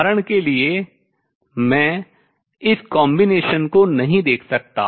उदाहरण के लिए मैं इस combination संयोजन को नहीं देख सकता